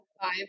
five